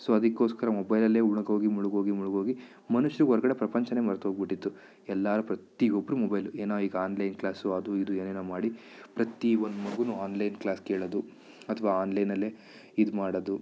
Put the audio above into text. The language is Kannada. ಸೊ ಅದಕ್ಕೋಸ್ಕರ ಮೊಬೈಲಲ್ಲೆ ಮುಳಗೋಗಿ ಮುಳಗೋಗಿ ಮುಳಗೋಗಿ ಮನುಷ್ಯಗೆ ಹೊರ್ಗಡೆ ಪ್ರಪಂಚವೇ ಮರೆತೋಗ್ಬಿಟ್ಟಿತ್ತು ಎಲ್ಲರೂ ಪ್ರತಿ ಒಬ್ರು ಮೊಬೈಲು ಏನೋ ಈಗ ಆನ್ ಲೈನ್ ಕ್ಲಾಸು ಅದು ಇದು ಏನೇನೊ ಮಾಡಿ ಪ್ರತಿ ಒಂದು ಮಗುವೂ ಆನ್ ಲೈನ್ ಕ್ಲಾಸ್ ಕೇಳೋದು ಅಥ್ವಾ ಆನ್ಲೈನಲ್ಲೇ ಇದು ಮಾಡೋದು